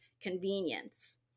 convenience